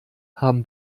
haben